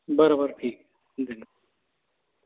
बरं बरं ठीक धन्य